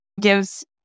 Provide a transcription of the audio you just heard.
gives